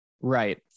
right